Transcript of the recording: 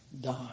die